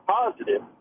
positive